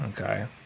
Okay